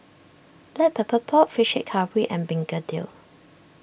Black Pepper Pork Fish Head Curry and Begedil